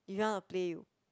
you don't want to blame